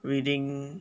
reading